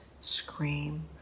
scream